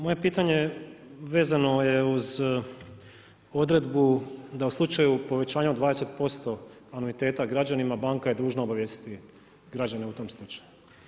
Moje pitanje vezano je uz odredbu da u slučaju povećanja od 20% anuiteta građanima banka je dužna obavijestiti građane u tom slučaju.